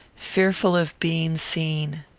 fearful of being seen.